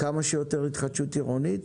כמה שיותר התחדשות עירונית,